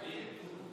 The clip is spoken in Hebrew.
איתן?